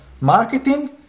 marketing